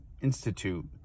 institute